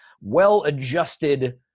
well-adjusted